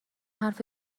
حرف